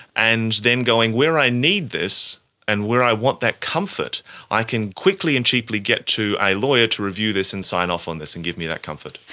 and then going where i need this and where i want that comfort i can quickly and cheaply get to a lawyer to review this and sign off on this and give me that comfort.